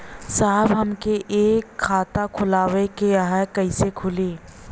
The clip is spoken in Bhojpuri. साहब हमके एक खाता खोलवावे के ह कईसे खुली?